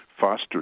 foster